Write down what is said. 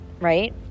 Right